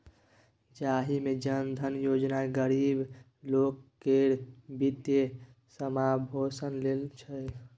जाहि मे जन धन योजना गरीब लोक केर बित्तीय समाबेशन लेल छै